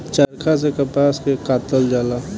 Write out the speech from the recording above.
चरखा से कपास के कातल जाला